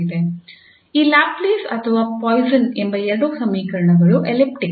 ಆದ್ದರಿಂದ ಈ ಲ್ಯಾಪ್ಲೇಸ್ ಅಥವಾ ಪಾಯ್ಸನ್ ಎಂಬ ಎರಡೂ ಸಮೀಕರಣಗಳು ಎಲಿಪ್ಟಿಕ್